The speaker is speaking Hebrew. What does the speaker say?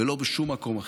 ולא בשום מקום אחר.